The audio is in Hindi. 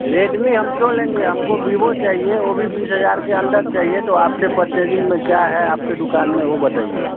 रेडमी हम क्यों लेंगे हम को विवो चाहिए वो भी बीस हज़ार के अंदर चाहिए तो आप से परचेजिंग में क्या है आपके दुकान में वो बताइए